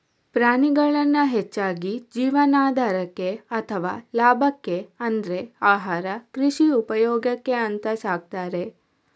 ಪ್ರಾಣಿಗಳನ್ನ ಹೆಚ್ಚಾಗಿ ಜೀವನಾಧಾರಕ್ಕೆ ಅಥವಾ ಲಾಭಕ್ಕೆ ಅಂದ್ರೆ ಆಹಾರ, ಕೃಷಿ ಉಪಯೋಗಕ್ಕೆ ಅಂತ ಸಾಕ್ತಾರೆ